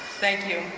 thank you,